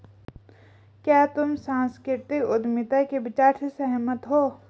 क्या तुम सांस्कृतिक उद्यमिता के विचार से सहमत हो?